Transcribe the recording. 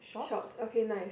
shorts okay nice